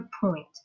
point